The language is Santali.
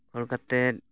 ᱠᱷᱟᱹᱲ ᱠᱟᱛᱮᱫ